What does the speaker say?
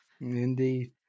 Indeed